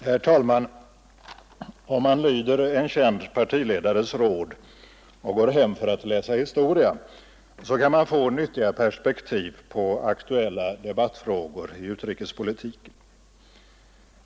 Herr talman! Om man lyder en partiledares kända råd och går hem för att läsa historia, kan man få nyttiga perspektiv på aktuella debattfrågor i utrikespolitiken.